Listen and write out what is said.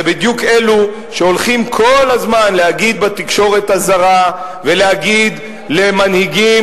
זה בדיוק אלו שהולכים כל הזמן להגיד בתקשורת הזרה ולהגיד למנהיגים